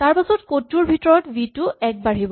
তাৰপাছত কড টোৰ ভিতৰত ভি টো এক বাঢ়িব